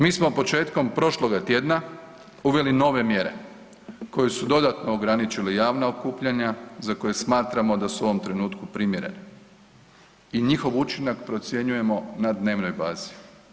Mi smo početkom prošloga tjedna uveli nove mjere koje su dodatno ograničile javna okupljanja za koje smatramo da su u ovom trenutku primjerene i njihov učinak procjenjujemo na dnevnoj bazi.